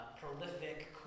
prolific